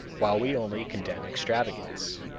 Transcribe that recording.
while we only condemn extravagance.